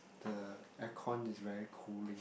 the aircon is very cooling